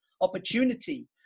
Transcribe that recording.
opportunity